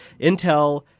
Intel